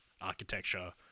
architecture